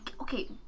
Okay